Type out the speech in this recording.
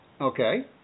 Okay